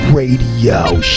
Radio